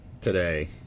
today